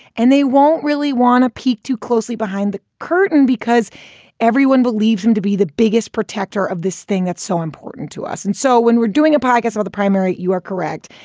and they won't really want to peek too closely behind the curtain because everyone believes him to be the biggest protector of this thing that's so important to us. and so when we're doing a podcast or the primary, you are correct.